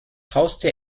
haustier